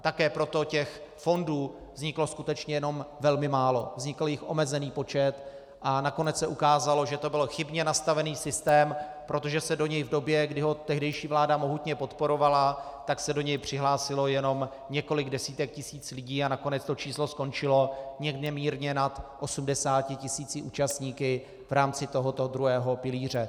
Také proto těch fondů vzniklo skutečně jenom velmi málo, vznikl jich omezený počet a nakonec se ukázalo, že to byl chybně nastavený systém, protože se do něj v době, kdy ho tehdejší vláda mohutně podporovala, přihlásilo jenom několik desítek tisíc lidí a nakonec to číslo skončilo jen mírně nad 80 tisíci účastníky v rámci tohoto druhého pilíře.